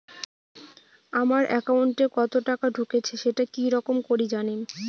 আমার একাউন্টে কতো টাকা ঢুকেছে সেটা কি রকম করি জানিম?